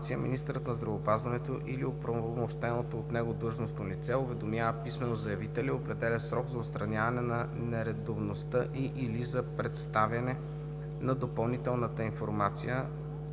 министърът на здравеопазването или оправомощеното от него длъжностно лице уведомява писмено заявителя или определя срок за отстраняване на нередовността и/или за представяне на допълнителната информация,